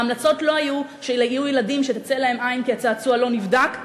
ההמלצות לא היו שאלה יהיו ילדים שתצא להם עין כי הצעצוע לא נבדק,